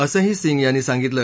असं ही सिंह यांनी सांगितलं